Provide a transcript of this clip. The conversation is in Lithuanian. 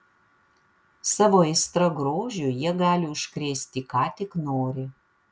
savo aistra grožiui jie gali užkrėsti ką tik nori